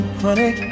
honey